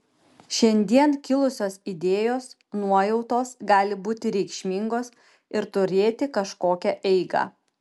šiandien kilusios idėjos nuojautos gali būti reikšmingos ir turėti kažkokią eigą